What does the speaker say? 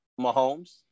Mahomes